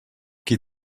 qui